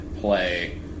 play